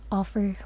offer